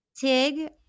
TIG